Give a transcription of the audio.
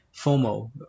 FOMO